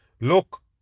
Look